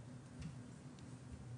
המגמות המרכזיות בסקטורים האלה בשנים האחרונות,